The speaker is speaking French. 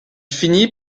finit